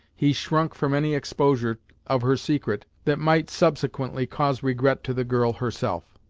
he shrunk from any exposure of her secret that might subsequently cause regret to the girl, herself.